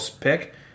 pick